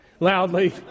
Loudly